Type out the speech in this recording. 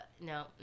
No